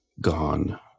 gone